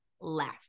left